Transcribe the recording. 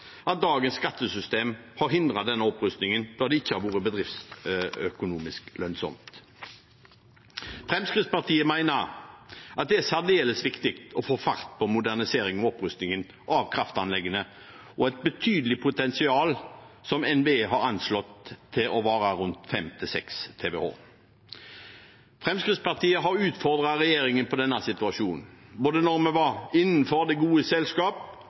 at dagens skattesystem har hindret den opprustningen da det ikke har vært bedriftsøkonomisk lønnsomt. Fremskrittspartiet mener at det er særdeles viktig å få fart på moderniseringen og opprustningen av kraftanleggene og et betydelig potensial, som NVE har anslått å være rundt 5–6 TWh. Fremskrittspartiet har utfordret regjeringen på denne situasjonen, både da vi var inne i det gode selskap,